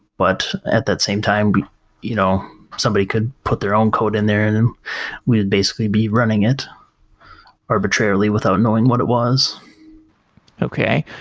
but at that same time you know somebody could put their own code in there and then we would basically be running it arbitrarily without knowing what it was okay.